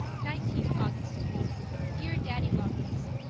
nineteenth august dear daddy-long-legs,